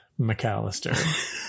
McAllister